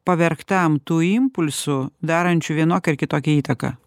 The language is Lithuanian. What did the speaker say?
pavergtam tų impulsų darančių vienokią ar kitokią įtaką